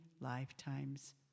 lifetimes